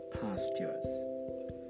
pastures